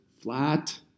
flat